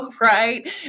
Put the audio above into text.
Right